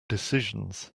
decisions